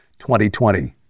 2020